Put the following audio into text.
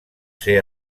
ser